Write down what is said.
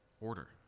order